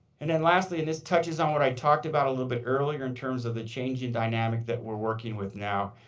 and then lastly, and this touches on what i talked about a little bit earlier in terms of the changing dynamic that we are working with now.